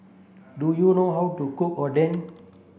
do you know how to cook Oden